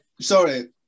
sorry